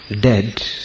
dead